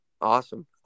Awesome